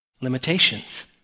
Limitations